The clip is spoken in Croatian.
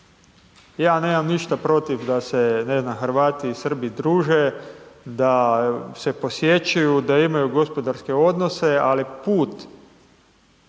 Ja nemam ništa protiv da se, ne znam, Hrvati i Srbi druže, da se posjećuju, da imaju gospodarske odnose, ali put